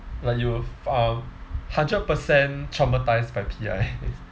like you um hundred percent traumatised by P_I